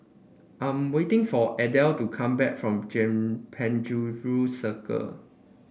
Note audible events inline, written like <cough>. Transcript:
I am waiting for Adelle to come back from <unintelligible> Penjuru Circle